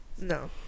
No